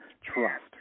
trust